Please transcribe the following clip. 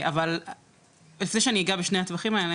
אבל לפני שאני אגע בשני הטווחים האלה,